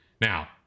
Now